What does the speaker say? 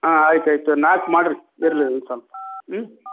ಹಾಂ ಆಯ್ತು ಆಯಿತು ತಗೊಳ್ರಿ ನಾಲ್ಕು ಮಾಡಿರಿ ಇರಲಿ ಒಂದು ಸ್ವಲ್ಪ ಹ್ಞೂ